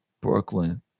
Brooklyn